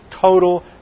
total